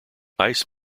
ice